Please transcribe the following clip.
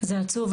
זה עצוב.